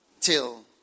Till